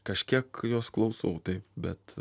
kažkiek jos klausau taip bet